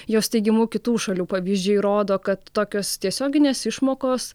jos teigimu kitų šalių pavyzdžiai rodo kad tokios tiesioginės išmokos